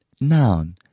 Noun